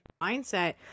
mindset